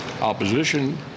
opposition